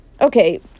Okay